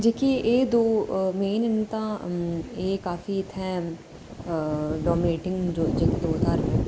जेह्की एह् दौ मेन न तां एह् काफी इत्थै डामिनेटिंग जो जेह्के दो धर्म न